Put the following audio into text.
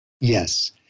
Yes